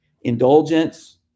Indulgence